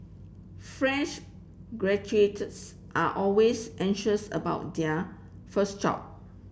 fresh graduates are always anxious about their first job